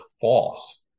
false